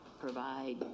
provide